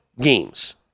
games